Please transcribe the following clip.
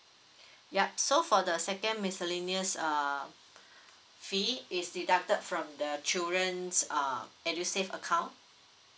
yup so for the second miscellaneous err fee is deducted from the children's err edusave account